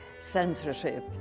censorship